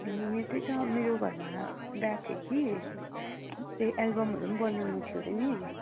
ए त्यही त मेरो घरमा बिहा थियो कि ए एल्बमहरू पनि बनाउनु थियो र नि